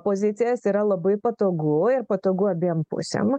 pozicijas yra labai patogu ir patogu abiem pusėm